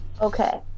Okay